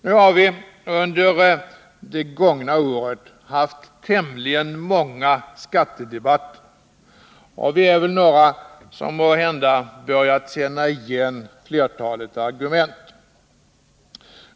Vi har under det gångna året haft tämligen många skattedebatter, och vi är väl några som måhända börjat känna igen flertalet argument.